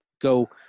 go